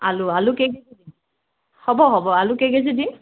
আলু আলু কেইকেজি দিম হ'ব হ'ব আলু কেইকেজি দিম